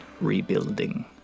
rebuilding